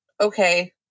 okay